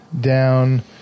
down